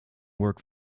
work